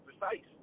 precise